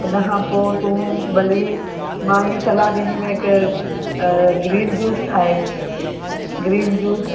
हुन खां पोइ तूं भली मां इअं सलाह ॾिंदीमांइ कि ग्रीन जूस ठाहे ग्रीन जूस